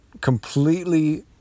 completely